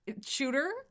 shooter